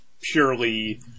purely